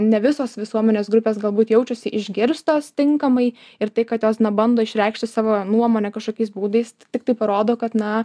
ne visos visuomenės grupės galbūt jaučiasi išgirstos tinkamai ir tai kad jos bando išreikšti savo nuomonę kažkokiais būdais tiktai parodo kad na